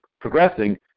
progressing